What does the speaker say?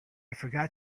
forgot